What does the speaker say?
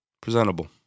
presentable